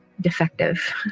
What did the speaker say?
defective